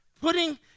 Putting